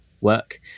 work